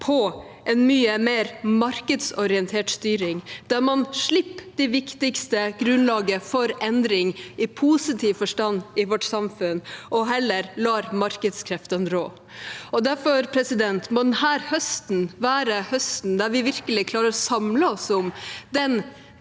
på en mye mer markedsorientert styring, der man gir slipp på det viktigste grunnlaget for endring i positiv forstand i vårt samfunn, og heller lar markedskreftene rå. Derfor må denne høsten være høsten da vi virkelig klarer å samle oss om den